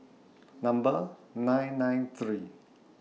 Number nine nine three